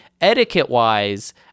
etiquette-wise